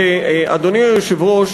אדוני היושב-ראש,